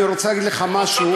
אני רוצה להגיד לך משהו,